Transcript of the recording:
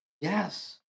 Yes